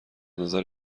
نظر